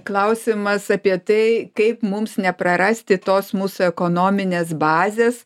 klausimas apie tai kaip mums neprarasti tos mūsų ekonominės bazės